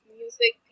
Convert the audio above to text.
music